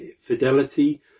fidelity